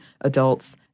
adults